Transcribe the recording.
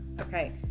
Okay